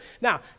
Now